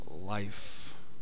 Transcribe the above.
life